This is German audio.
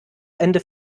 ende